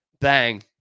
Bang